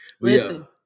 listen